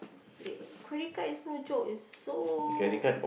eh credit card is no joke is so